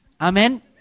Amen